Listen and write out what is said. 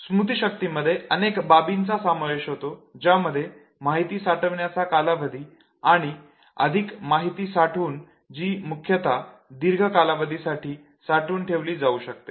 स्मृतीशक्तीमध्ये अनेक बाबींचा समावेश होतो ज्यामध्ये माहिती साठविण्याचा कालावधी आणि अधिक माहिती साठवणूक जी मुख्यतः दीर्घ कालावधीसाठी साठवून ठेवली जाऊ शकते